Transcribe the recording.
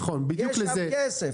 יש שם כסף.